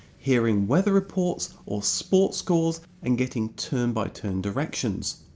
hearing weather reports or sports scores and getting turn-by-turn directions.